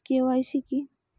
KYC কী?